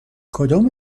کدوم